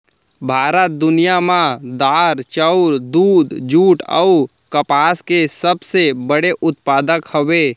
भारत दुनिया मा दार, चाउर, दूध, जुट अऊ कपास के सबसे बड़े उत्पादक हवे